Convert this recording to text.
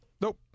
Nope